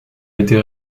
été